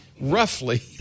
roughly